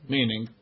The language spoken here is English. Meaning